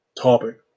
topic